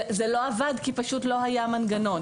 זה לא עבד כי לא היה מנגנון.